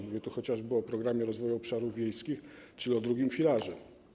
Mówię tu chociażby o Programie Rozwoju Obszarów Wiejskich, czyli o drugim filarze.